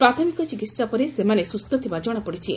ପ୍ରଥମିକ ଚିକିହା ପରେ ସେମାନେ ସୁସ୍ସ ଥିବା କଣାପଡ଼ିଛି